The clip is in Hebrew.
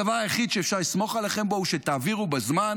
הדבר היחיד שבו אפשר לסמוך עליכם הוא שתעבירו בזמן